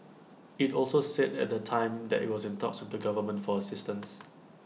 IT also said at the time that IT was in talks with the government for assistance